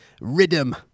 Rhythm